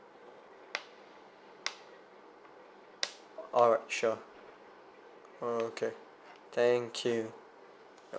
alright sure uh okay thank you